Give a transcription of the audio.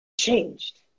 changed